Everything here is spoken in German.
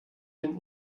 den